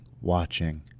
watching